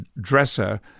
dresser